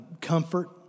comfort